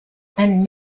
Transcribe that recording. and